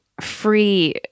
free